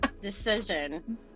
decision